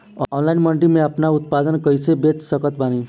Online मंडी मे आपन उत्पादन कैसे बेच सकत बानी?